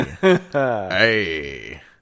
Hey